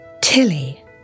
Tilly